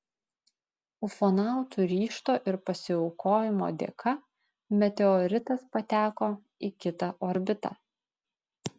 ufonautų ryžto ir pasiaukojimo dėka meteoritas pateko į kitą orbitą